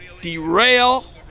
derail